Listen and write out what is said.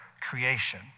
creation